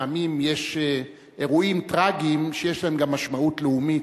פעמים יש אירועים טרגיים שיש להם גם משמעות לאומית,